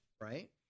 Right